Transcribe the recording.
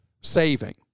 saving